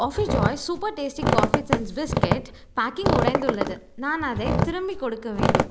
coffee joy super tasty coffee thins biscuit packing உடைந்துள்ளது நான் அதைத் திரும்பிக் கொடுக்க வேண்டும்